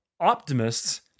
optimists